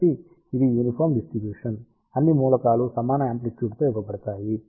కాబట్టి ఇది uniform distribution అన్ని మూలకాలు సమాన యామ్ప్లిట్యుడ్ తో ఇవ్వబడతాయి